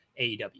AEW